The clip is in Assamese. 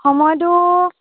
সময়টো